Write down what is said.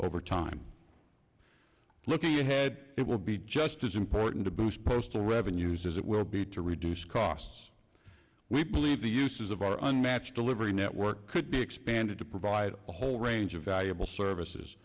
over time looking ahead it will be just as important to boost postal revenues as it will be to reduce costs we believe the uses of our unmatched delivery network could be expanded to provide a whole range of valuable services